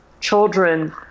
children